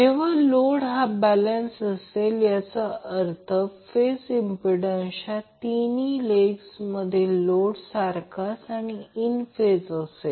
जेव्हा लोड हा बॅलेन्स असेल याचा अर्थ फेज इंम्प्पिडन्सचा तिन्ही लेग मधील लोड सारखाच आणि इन फेज असेल